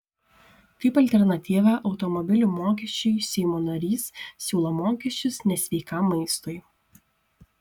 kaip alternatyvą automobilių mokesčiui seimo narys siūlo mokesčius nesveikam maistui